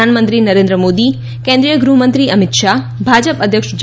પ્રધાનમંત્રી નરેન્દ્ર મોદી કેન્દ્રિય ગૃહમંત્રી અમિત શાહ ભાજપ અધ્યક્ષ જે